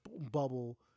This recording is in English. bubble